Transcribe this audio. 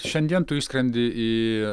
šiandien tu išskrendi į